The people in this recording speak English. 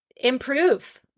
improve